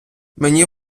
мені